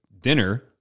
dinner